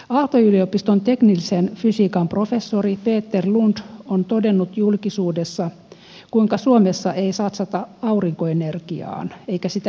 aalto yliopiston teknillisen fysiikan professori peter lund on todennut julkisuudessa kuinka suomessa ei satsata aurinkoenergiaan eikä sitä hyödynnetä